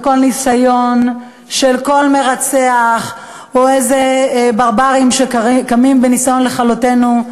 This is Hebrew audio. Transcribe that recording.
וכל ניסיון של כל מרצח או איזה ברברים שקמים בניסיון לכלותנו,